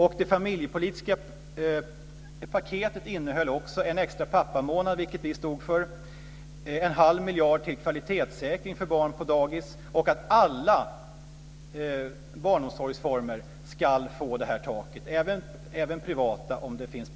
Och det familjepolitiska paketet innehöll också en extra pappamånad, vilket vi stod för, en halv miljard till kvalitetssäkring för barn på dagis och att alla barnomsorgsformer ska få detta tak, även privata om det finns